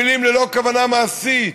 מילים ללא כוונה מעשית.